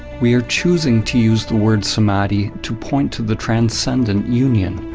we are choosing to use the word samadhi to point to the transcendent union,